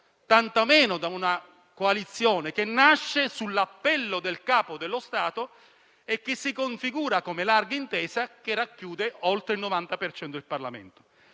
tanto meno da una coalizione che nasce dall'appello del Capo dello Stato e che si configura come larga intesa che racchiude oltre il 90 per cento